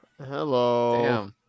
Hello